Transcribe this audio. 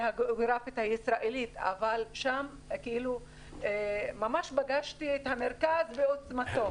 הגיאוגרפית הישראלית אבל שם ממש פגשתי את המרכז בעוצמתו,